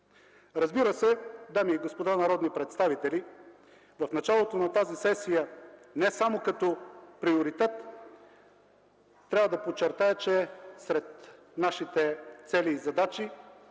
Разбира се, дами и господа народни представители, в началото на тази сесия не само като приоритет – трябва да подчертая, че сред нашите цели и задачи